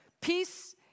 Peace